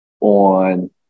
on